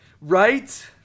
Right